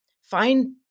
find